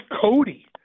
Cody